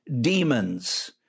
demons